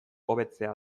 hobetzea